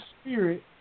Spirit